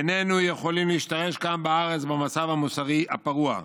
איננו יכולים להשתרש כאן בארץ במצב המוסרי הפרוע.